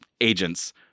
agents